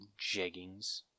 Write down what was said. jeggings